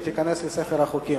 ותיכנס לספר החוקים.